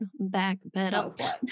Backpedal